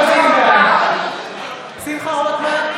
בעד שמחה רוטמן,